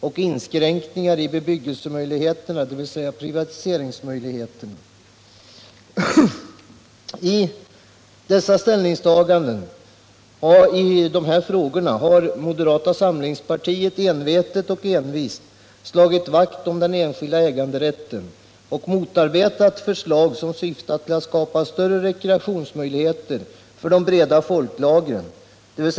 Och eftersom vår framtid är beroende av dessa villkor gäller detta också möjligheterna att bedriva jordoch skogsbruk i framtidens samhälle. Alla krav på att speciella grupper i samhället skall ha ersättning från andra grupper och därmed sättas i en speciellt privilegierad situation för att denna utveckling skall garanteras måste på det bestämdaste avvisas.